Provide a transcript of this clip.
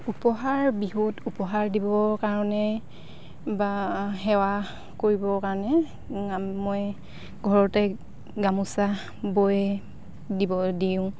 উপহাৰ বিহুত উপহাৰ দিবৰ কাৰণে বা সেৱা কৰিবৰ কাৰণে মই ঘৰতে গামোচা বৈ দিব দিওঁ